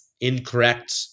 incorrect